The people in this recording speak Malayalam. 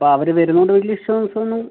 അപ്പോൾ അവർ വരുന്നതുകൊണ്ട് വലിയ ഇഷ്യൂസൊന്നും